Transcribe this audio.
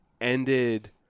ended